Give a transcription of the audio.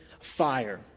fire